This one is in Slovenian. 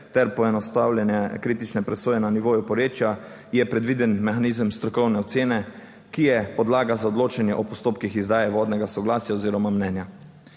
ter poenostavljene kritične presoje na nivoju porečja, je predviden mehanizem strokovne ocene, ki je podlaga za odločanje o postopkih izdaje vodnega soglasja oziroma mnenja.